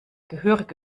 gehörig